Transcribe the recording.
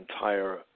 entire